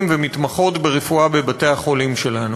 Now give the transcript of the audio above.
ומתמחות ברפואה בבתי-החולים שלנו.